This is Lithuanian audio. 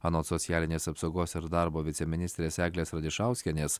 anot socialinės apsaugos ir darbo viceministrės eglės radišauskienės